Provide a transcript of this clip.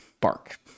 bark